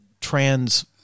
trans